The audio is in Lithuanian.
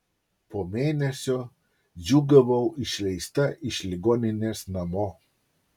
po mėnesio džiūgavau išleista iš ligoninės namo